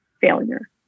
failure